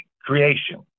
creation